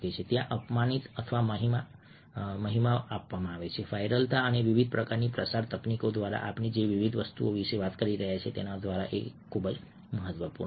ત્યાં અપમાનિત અથવા મહિમા આપવામાં આવે છે વાઇરલતા અને વિવિધ પ્રકારની પ્રસાર તકનીકો દ્વારા આપણે જે વિવિધ વસ્તુઓ વિશે વાત કરી છે તેના દ્વારા એક મહત્વપૂર્ણ છે